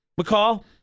McCall